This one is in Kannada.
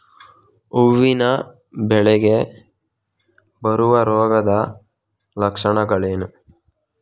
ಹೂವಿನ ಬೆಳೆಗೆ ಬರುವ ರೋಗದ ಲಕ್ಷಣಗಳೇನು?